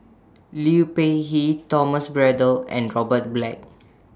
Liu Peihe Thomas Braddell and Robert Black